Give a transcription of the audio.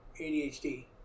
ADHD